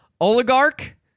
Oligarch